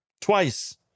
twice